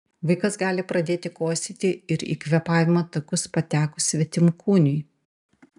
vaikas gali pradėti kosėti ir į kvėpavimo takus patekus svetimkūniui